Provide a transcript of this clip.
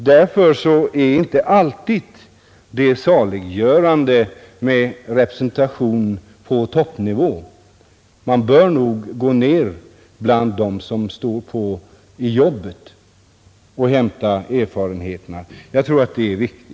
Därför är det inte alltid saliggörande med representation på toppnivå. Man bör nog gå ner bland dem som står i jobbet och hämta erfarenheterna där. Jag tror att det är viktigt.